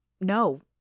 No